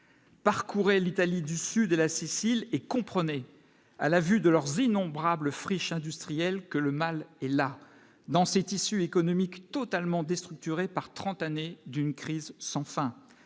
parcouraient l'Italie du sud de la Sicile et comprenez à la vue de leurs innombrables friche industrielle que le mal est là, dans ces tissus économique totalement déstructuré par 30 années d'une crise sans fin,